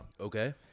Okay